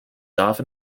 often